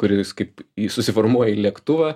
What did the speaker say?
kuris kaip susiformuoja į lėktuvą